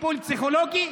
טיפול פסיכולוגי,